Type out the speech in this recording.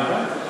הלוואי.